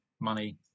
money